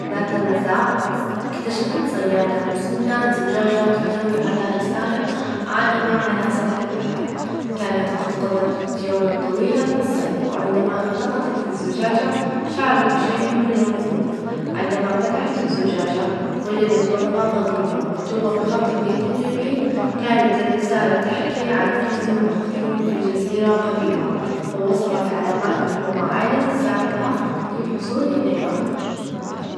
ذات مساء -إس- إكتشفت صيادة مسنة زجاجة تحتوي على رسالة عائمة على سطح البحر، كانت قد قظت يومًا طويلًا في الصيد، وعندما التقطت الزجاجة شعرت بشيء من الغموض، عندما فتحت الزجاجة، وجدت ورقة قديمة مكتوبة بخطٍ جدًا جميل كانت الرسالة تحكي عن كنز مخفي في جزيرة قريبة ووصفت علامات ، ومعالم تساعدها في الحصول إليها.